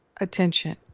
attention